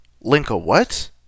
LINK-A-WHAT